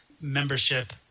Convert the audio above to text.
membership